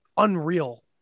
unreal